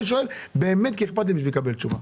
אני שואל כי באמת אכפת לי ואני רוצה לקבל תשובה.